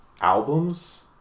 albums